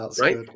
right